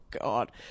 God